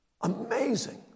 Amazing